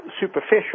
superficial